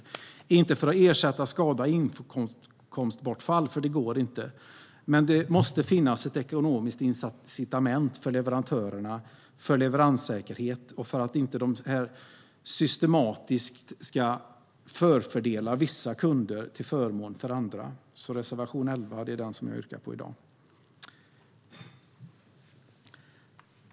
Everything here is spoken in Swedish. Det är inte för att ersätta skada och inkomstbortfall, för det går inte. Men det måste finnas ett ekonomiskt incitament för leverantörerna för leveranssäkerhet och för att de inte systematiskt ska förfördela vissa kunder till förmån för andra. Jag yrkar i dag bifall till reservation 11.